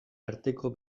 arteko